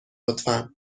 لطفا